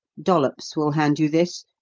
dollops will hand you this.